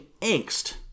angst